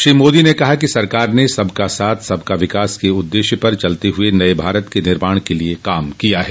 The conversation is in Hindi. श्री मोदी ने कहा कि सरकार ने सबका साथ सबका विकास के उद्देश्य पर चलते हुए नये भारत के निर्माण के लिए काम किया है